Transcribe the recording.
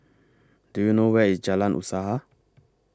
Do YOU know Where IS Jalan Usaha